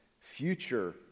Future